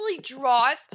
drive